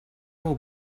will